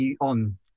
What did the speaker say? on